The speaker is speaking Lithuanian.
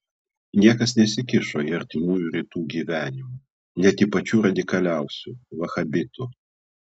niekas nesikišo į artimųjų rytų gyvenimą net į pačių radikaliausių vahabitų